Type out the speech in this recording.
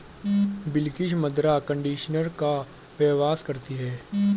बिलकिश मृदा कंडीशनर का व्यवसाय करती है